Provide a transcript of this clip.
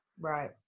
Right